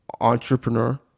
entrepreneur